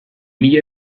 mila